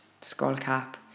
skullcap